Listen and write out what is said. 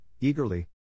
eagerly